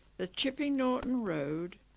the chipping norton road.